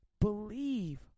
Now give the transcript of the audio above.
Believe